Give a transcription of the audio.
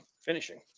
finishing